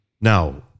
Now